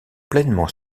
pleinement